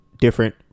different